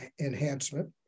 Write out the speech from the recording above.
enhancement